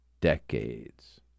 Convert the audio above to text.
decades